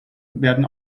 werden